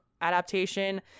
adaptation